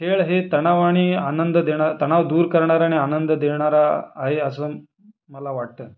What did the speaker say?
खेळ हे तणाव आणि आनंद देणा तणाव दूर करणारा आणि आनंद देणारा आहे असं मला वाटतं